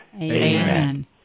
Amen